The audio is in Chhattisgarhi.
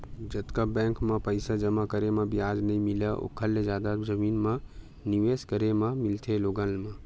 जतका बेंक म पइसा जमा करे म बियाज नइ मिलय ओखर ले जादा जमीन म निवेस करे म मिलथे लोगन ल